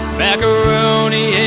macaroni